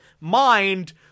mind